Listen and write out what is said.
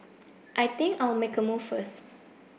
I think I'll make a move first